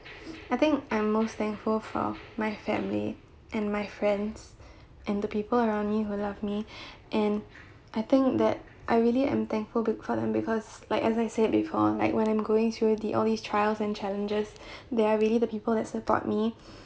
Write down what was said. I think I'm most thankful for my family and my friends and the people around me who love me and I think that I really am thankful for them because like as I said before like when I'm going through the all this trials and challenges there are really the people that support me